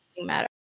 matter